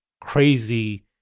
crazy